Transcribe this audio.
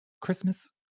Christmas